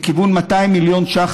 לכיוון 200 מיליון ש"ח,